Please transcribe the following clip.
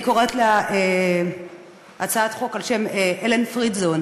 אני קוראת לה הצעת חוק על שם אלן פרידזון.